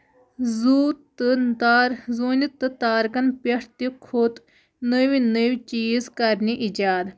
زوٗ تہٕ تار ژوٗنہِ تہٕ تارکن پٮ۪ٹھ تہٕ کھوٚت نٔوۍ نٔوۍ چیٖز کرنہِ ایجاد